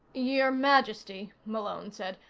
your majesty, malone said,